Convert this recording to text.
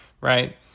right